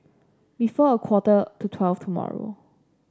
before a quarter to twelve tomorrow